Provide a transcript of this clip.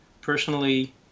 personally